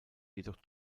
jedoch